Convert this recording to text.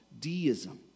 deism